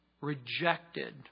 rejected